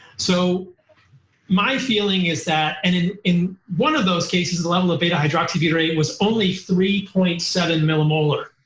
so my feeling is that, and in in one of those cases, the level of beta-hydroxybutyrate was only three point seven millimolar.